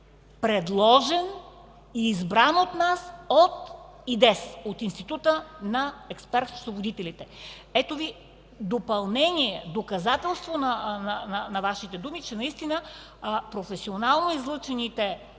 предложен и избран от нас, от ИДЕС – Института на експерт-счетоводителите. Ето Ви допълнение, доказателство на Вашите думи, че наистина професионално излъчените